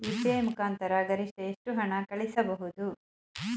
UPI ಮುಖಾಂತರ ಗರಿಷ್ಠ ಎಷ್ಟು ಹಣ ಕಳಿಸಬಹುದು?